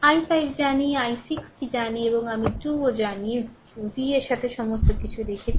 i5 জানি i6 টি জানি এবং আমি 2 জানিও v এর সাথে সমস্ত কিছু রেখেছি